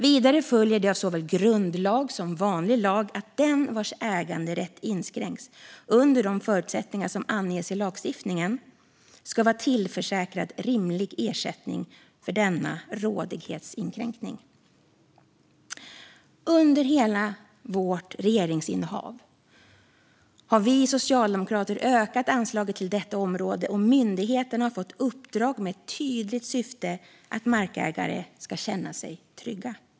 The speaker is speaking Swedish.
Vidare följer det av såväl grundlag som vanlig lag att den vars äganderätt inskränks under de förutsättningar som anges i lagstiftningen ska vara tillförsäkrad rimlig ersättning för denna rådighetsinskränkning. Under hela vårt regeringsinnehav har vi socialdemokrater ökat anslaget till detta område, och myndigheterna har fått uppdrag med ett tydligt syfte att markägare ska känna sig trygga.